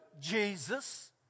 Jesus